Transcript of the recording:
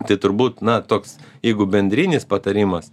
tai turbūt na toks jeigu bendrinis patarimas